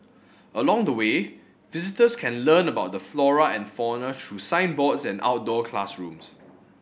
along the way visitors can learn about the flora and fauna through signboards and outdoor classrooms